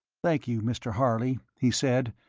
thank you, mr. harley, he said,